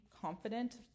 confident